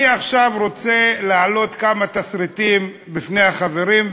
אני עכשיו רוצה להעלות כמה תסריטים בפני החברים,